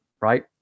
right